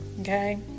okay